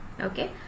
Okay